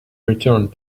returned